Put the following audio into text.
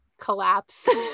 Collapse